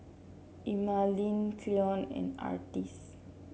Emmaline Cleon and Artis